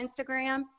Instagram